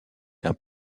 d’un